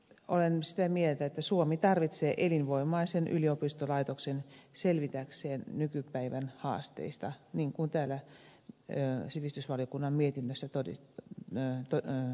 olen sitä mieltä että suomi tarvitsee elinvoimaisen yliopistolaitoksen selvitäkseen nykypäivän haasteista niin kuin täällä sivistysvaliokunnan mietinnössä todetaan